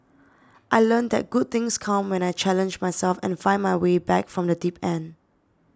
I learnt that good things come when I challenge myself and find my way back from the deep end